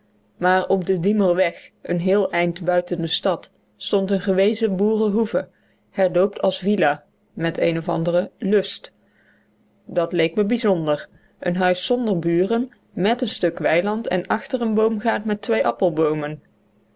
maar op den diemerweg een heel eind buiten de stad stond een gewezen boerenhoeve herdoopt als v i met een of anderen l u s t dat leek me bijzonder een huis zonder buren mèt een stuk weiland en achter een boomgaard met twee appelboomen